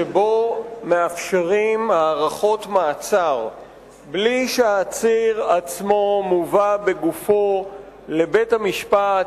שבו מאפשרים הארכות מעצר בלי שהעציר עצמו מובא בגופו לבית-המשפט,